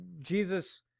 Jesus